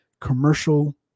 commercial